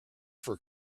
for